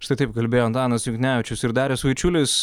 štai taip kalbėjo antanas juknevičius ir darius vaičiulis